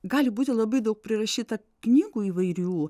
gali būti labai daug prirašyta knygų įvairių